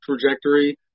trajectory